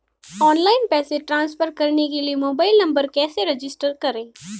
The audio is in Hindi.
ऑनलाइन पैसे ट्रांसफर करने के लिए मोबाइल नंबर कैसे रजिस्टर करें?